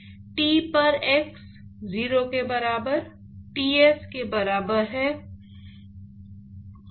T पर x 0 के बराबर Ts के बराबर है